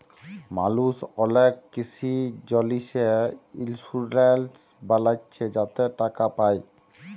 মালুস অলেক কিসি জিলিসে ইলসুরেলস বালাচ্ছে যাতে টাকা পায়